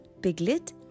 piglet